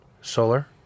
solar